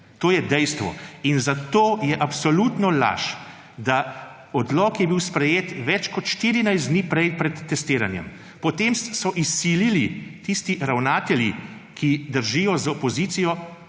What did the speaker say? To je dejstvo in zato je absolutno laž. Odlok je bil sprejet več kot 14 dni prej pred testiranjem, potem so izsilili tisti ravnatelji, ki držijo z opozicijo